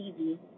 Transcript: TV